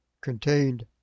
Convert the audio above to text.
contained